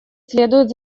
следует